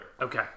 Okay